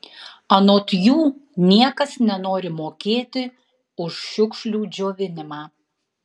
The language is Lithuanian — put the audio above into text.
anot jų niekas nenori mokėti už šiukšlių džiovinimą